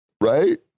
right